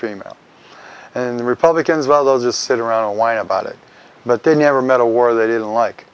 female and the republicans well those just sit around and whine about it but they never met a war they didn't like